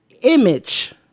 image